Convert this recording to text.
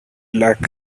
luck